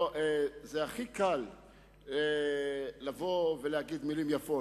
זה הכי קל לבוא ולהגיד מלים יפות,